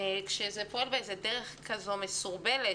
זה פועל בדרך מסורבלת,